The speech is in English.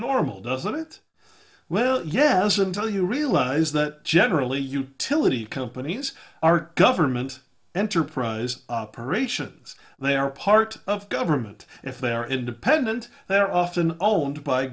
normal doesn't it well yes until you realize that generally utility companies are government enterprise operations they are part of government if they are independent they're often oh and by